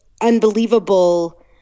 unbelievable